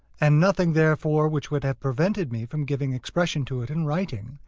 and nothing therefore which would have prevented me from giving expression to it in writing,